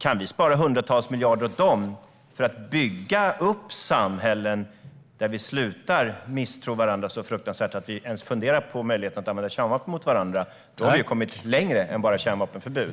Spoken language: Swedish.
Kan vi spara hundratals miljarder åt dem för att bygga upp samhällen där vi slutar misstro varandra så fruktansvärt att vi funderar på möjligheten att använda kärnvapen mot varandra, då har vi ju kommit längre än bara kärnvapenförbud.